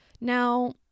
Now